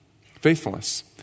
Faithfulness